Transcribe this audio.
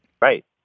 Right